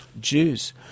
Jews